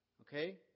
okay